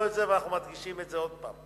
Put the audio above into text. את זה ואנחנו מדגישים את זה עוד פעם.